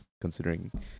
considering